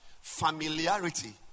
familiarity